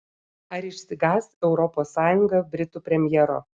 ar išsigąs europos sąjunga britų premjero